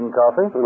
coffee